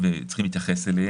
בעצם הקנית גם לשותף האחר,